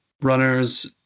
runners